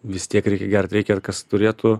vis tiek reikia gert reikia kas turėtų